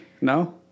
No